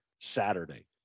Saturday